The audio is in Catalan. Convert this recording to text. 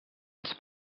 ens